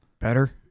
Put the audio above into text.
Better